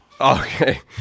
Okay